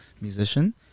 musician